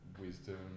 wisdom